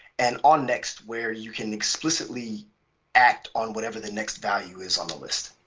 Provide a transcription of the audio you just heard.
and onnext, where you can explicitly act on whatever the next value is on the list.